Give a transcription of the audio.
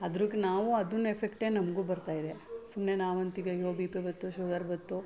ಅದಕ್ಕೆ ನಾವೂ ಅದನ್ನು ಎಫೆಕ್ಟೇ ನಮಗೂ ಬರ್ತಾ ಇದೆ ಸುಮ್ಮನೆ ನಾವಂತೀವಿ ಅಯ್ಯೋ ಬಿ ಪಿ ಬತ್ತು ಶುಗರ್ ಬಂತು